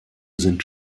sind